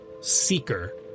Seeker